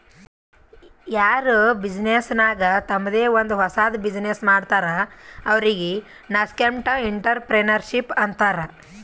ಯಾರ್ ಬಿಸಿನ್ನೆಸ್ ನಾಗ್ ತಂಮ್ದೆ ಒಂದ್ ಹೊಸದ್ ಬಿಸಿನ್ನೆಸ್ ಮಾಡ್ತಾರ್ ಅವ್ರಿಗೆ ನಸ್ಕೆಂಟ್ಇಂಟರಪ್ರೆನರ್ಶಿಪ್ ಅಂತಾರ್